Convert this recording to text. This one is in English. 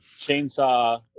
Chainsaw